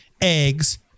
eggs